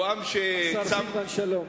השר סילבן שלום,